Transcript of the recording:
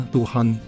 Tuhan